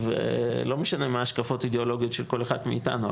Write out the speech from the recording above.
ולא משנה מה ההשקפות האידיאולוגיות של כל אחד מאתנו,